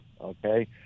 okay